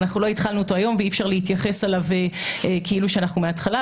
לא התחלנו אותו היום ואי אפשר להתייחס אליו כאילו אנחנו בהתחלה.